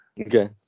Okay